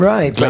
Right